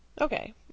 Okay